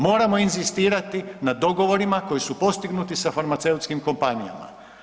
Moramo inzistirati na dogovorima koji su postignuti sa farmaceutskim kompanijama.